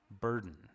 burden